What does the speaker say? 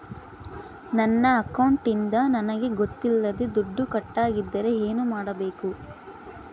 ನನ್ನ ಅಕೌಂಟಿಂದ ನನಗೆ ಗೊತ್ತಿಲ್ಲದೆ ದುಡ್ಡು ಕಟ್ಟಾಗಿದ್ದರೆ ಏನು ಮಾಡಬೇಕು?